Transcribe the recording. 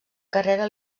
carrera